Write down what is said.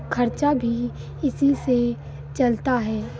खर्चा भी इसी से चलता है